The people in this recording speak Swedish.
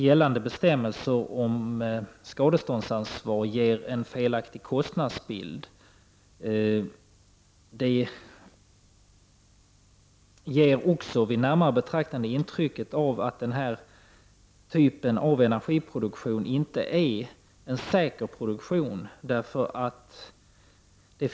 Gällande bestämmelser om skadeståndsansvaret ger en felaktig kostnadsbild. De ger också vid närmare betraktande intrycket av att den här typen av energiproduktion inte är en säker produktion.